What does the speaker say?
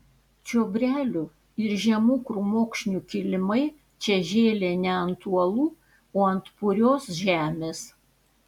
čiobrelių ir žemų krūmokšnių kilimai čia žėlė ne ant uolų o ant purios žemės